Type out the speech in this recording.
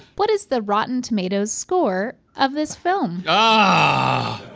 what is the rotten tomatoes score of this film? ah